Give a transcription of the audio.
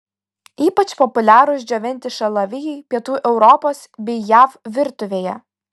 ypač populiarūs džiovinti šalavijai pietų europos bei jav virtuvėje